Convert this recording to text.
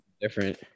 Different